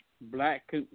black